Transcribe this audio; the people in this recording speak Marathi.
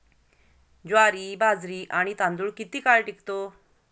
ज्वारी, बाजरी आणि तांदूळ किती काळ टिकतो?